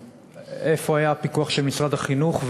איפה היה הפיקוח של משרד החינוך?